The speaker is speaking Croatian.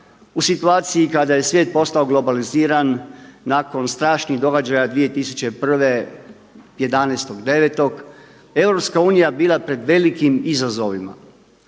u situaciji kada je svijet postao globaliziran nakon strašnih događaja 2001. 11.9. Europska unija bila pred velikim izazovima.